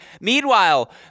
Meanwhile